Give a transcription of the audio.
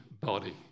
body